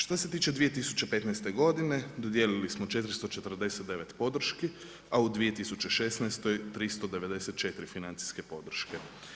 Što se tiče 2015. godine, dodijelili smo 449 podrški, a u 2016. 394 financijske podrške.